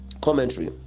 Commentary